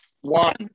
One